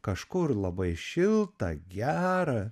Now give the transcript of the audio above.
kažkur labai šilta gera